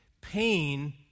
Pain